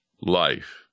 life